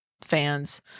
fans